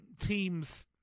teams